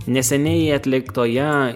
neseniai atliktoje